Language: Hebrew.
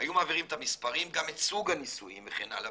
היו מעבירים את המספרים וגם את סוג הניסויים וכן הלאה.